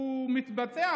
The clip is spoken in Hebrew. הוא מתבצע,